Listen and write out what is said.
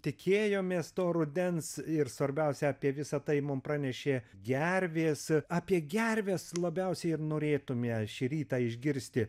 tikėjomės to rudens ir svarbiausia apie visa tai mum pranešė gervės apie gervės labiausiai ir norėtume šį rytą išgirsti